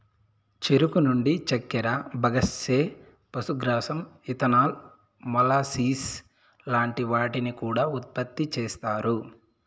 చెరుకు నుండి చక్కర, బగస్సే, పశుగ్రాసం, ఇథనాల్, మొలాసిస్ లాంటి వాటిని కూడా ఉత్పతి చేస్తారు